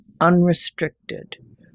unrestricted